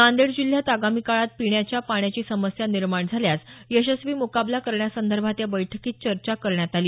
नांदेड जिल्ह्यात आगामी काळात पिण्याच्या पाण्याची समस्या निर्माण झाल्यास यशस्वी मुकाबला करण्यासंदर्भात या बैठकीत चर्चा करण्यात आली